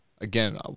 again